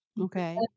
Okay